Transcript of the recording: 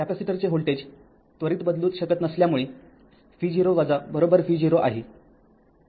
कॅपेसिटरचे व्होल्टेज त्वरित बदलू शकत नसल्यामुळे v0 v0 आहे